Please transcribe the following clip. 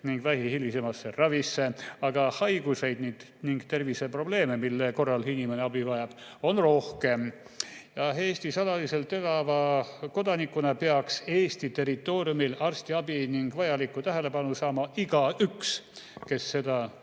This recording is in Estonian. ning vähi hilisemasse ravisse, aga haigusi ning terviseprobleeme, mille korral inimene abi vajab, on rohkem. Eestis alaliselt elava kodanikuna peaks Eesti territooriumil arstiabi ning vajalikku tähelepanu saama igaüks, kes seda